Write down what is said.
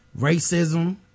Racism